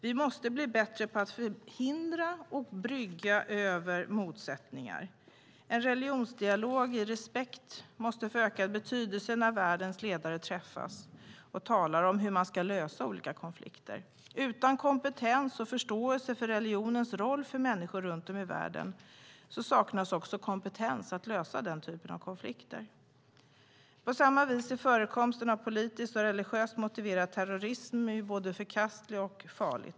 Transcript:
Vi måste bli bättre på att förhindra och brygga över motsättningar. En religionsdialog i respekt måste få ökad betydelse när världens ledare träffas och talar om hur man ska lösa olika konflikter. Utan förståelse för religionens roll för människor runt om i världen saknas kompetens för att lösa den typen av konflikter. På liknande sätt är förekomsten av politiskt och religiöst motiverad terrorism både förkastlig och farlig.